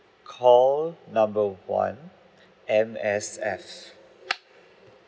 call number one M_S_F